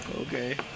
Okay